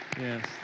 Yes